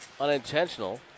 unintentional